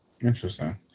Interesting